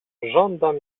żądam